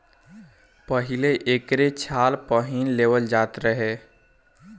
पहिले एकरे छाल पहिन लेवल जात रहे